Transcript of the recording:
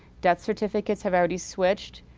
death certificates have already switched.